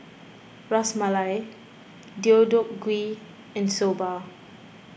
Ras Malai Deodeok Gui and Soba